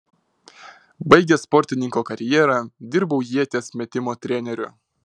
baigęs sportininko karjerą dirbau ieties metimo treneriu